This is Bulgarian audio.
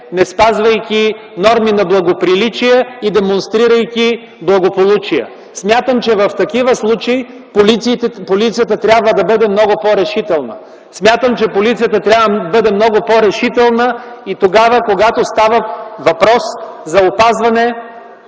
неспазвайки норми на благоприличие и демонстрирайки благополучие. Смятам, че в такива случаи полицията трябва да бъде много по-решителна. Смятам, че полицията трябва да бъде много по-решителна и тогава, когато става въпрос за опазване